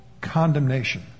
condemnation